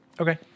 Okay